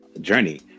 journey